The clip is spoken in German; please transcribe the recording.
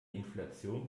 inflation